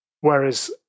Whereas